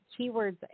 keywords